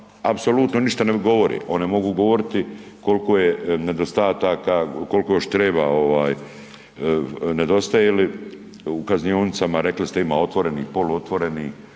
apsolutno ništa ne govore, one mogu govoriti koliko je nedostataka, koliko još treba nedostaje li u kaznionicama. Rekli ste ima otvorenih, poluotvorenih,